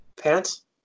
Pants